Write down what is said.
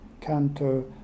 Canto